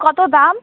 কতো দাম